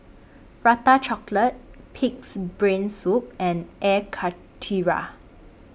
Prata Chocolate Pig'S Brain Soup and Air Karthira